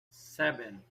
seven